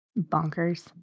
bonkers